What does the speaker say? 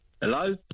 Hello